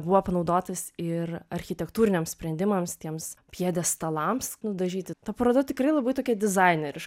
buvo panaudotas ir architektūriniams sprendimams tiems pjedestalas nudažyti ta paroda tikrai labai tokia dizaineriška